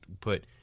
put